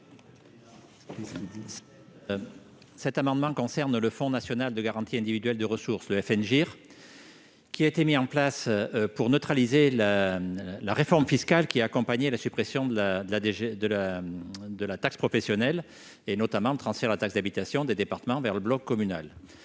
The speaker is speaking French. des ressources (FNGIR), qui a été mis en place pour neutraliser la réforme fiscale ayant accompagné la suppression de la taxe professionnelle, notamment le transfert de la taxe d'habitation des départements vers le bloc communal.